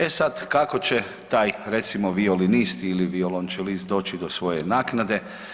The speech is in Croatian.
E sad kako će taj recimo violinist ili violončelist doći do svoje naknade.